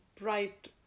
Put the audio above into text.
bright